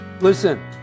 Listen